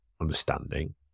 understanding